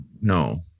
no